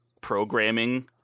programming